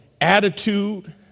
attitude